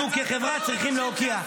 -- למה אנחנו כחברה צריכים להוקיע.